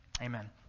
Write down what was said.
Amen